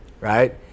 Right